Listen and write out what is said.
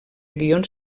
guions